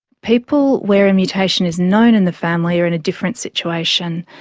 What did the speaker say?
people where a mutation is known in the family are in a different situation,